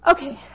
Okay